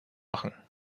machen